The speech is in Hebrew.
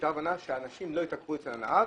שאנשים לא יתעכבו אצל הנהג,